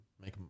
make